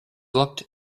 looked